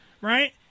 right